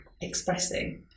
expressing